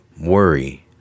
worry